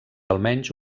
almenys